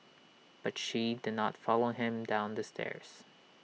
but she did not follow him down the stairs